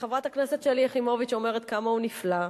חברת הכנסת שלי יחימוביץ אומרת כמה הוא נפלא.